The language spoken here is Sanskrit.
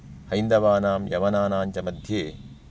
हैन्दवानां यवनानां च मध्ये